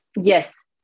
yes